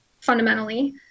fundamentally